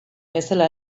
bezala